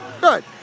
Good